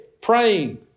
praying